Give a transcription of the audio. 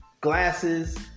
Glasses